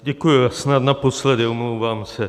Děkuji, snad naposledy, omlouvám se.